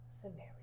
scenario